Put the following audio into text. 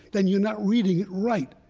then you're not reading it right.